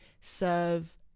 serve